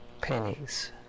pennies